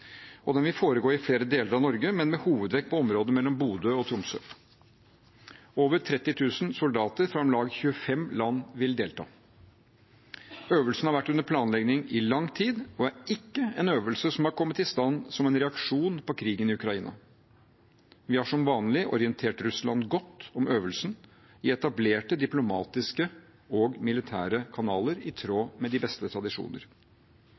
Den vil foregå i flere deler av Norge, men med hovedvekt på området mellom Bodø og Tromsø. Over 30 000 soldater fra om lag 25 land vil delta. Øvelsen har vært under planlegging i lang tid og er ikke en øvelse som har kommet i stand som en reaksjon på krigen i Ukraina. Vi har som vanlig orientert Russland godt om øvelsen i etablerte diplomatiske og militære kanaler, i tråd med de beste tradisjoner.